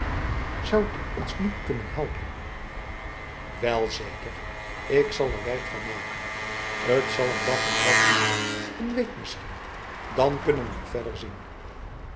zou die ons niet kunnen helpen welzeker ik zal er werk van maken het zal n dag of wat duren n week misschien dan kunnen we verder zien